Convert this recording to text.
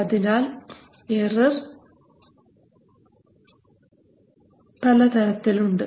അതിനാൽ എറർ പലതരത്തിലുണ്ട്